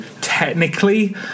technically